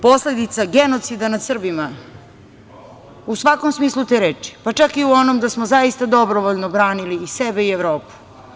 Posledica genocida nad Srbima u svakom smislu te reči, pa čak i u onom da smo zaista dobrovoljno branili i sebe i Evropu.